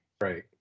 Right